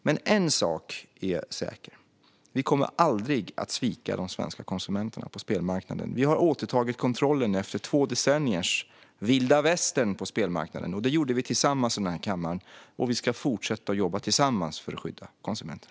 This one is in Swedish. Men en sak är säker: Vi kommer aldrig att svika de svenska konsumenterna på spelmarknaden. Vi har återtagit kontrollen efter två decenniers vilda västern på spelmarknaden. Det gjorde vi tillsammans med den här kammaren, och vi ska fortsätta att jobba tillsammans för att skydda konsumenterna.